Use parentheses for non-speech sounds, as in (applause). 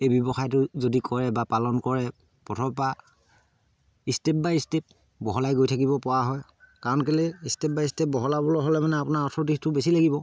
এই ব্যৱসায়টো যদি কৰে বা পালন কৰে (unintelligible) ষ্টেপ বাই ষ্টেপ বহলাই গৈ থাকিব পৰা হয় কাৰণ কেলে ষ্টেপ বাই ষ্টেপ বহলাবলৈ হ'লে মানে আপোনাৰ অৰ্থনীতিক দিশটো বেছি লাগিব